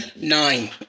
Nine